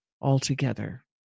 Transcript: altogether